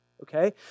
Okay